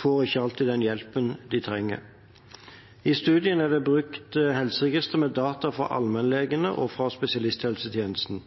får ikke alltid den hjelpen de trenger. I studien er det brukt helseregistre med data fra allmennlegene og fra spesialisthelsetjenesten.